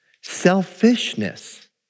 selfishness